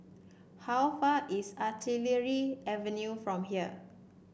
how far is Artillery Avenue from here